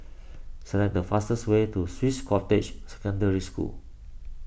select the fastest way to Swiss Cottage Secondary School